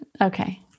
Okay